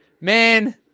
man